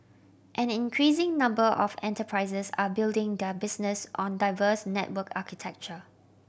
an increasing number of enterprises are building their business on diverse network architecture